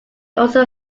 also